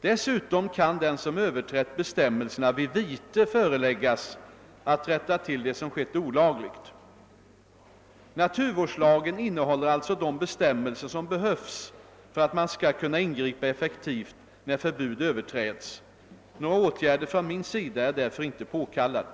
Dessutom kan den som överträtt bestämmelserna vid vite föreläggas att rätta till det som skett olagligt. Naturvårdslagen innehåller alltså de bestämmelser som behövs för att man skall kunna ingripa effektivt när förbud överträds. Några åtgärder från min sida är därför inte påkallade.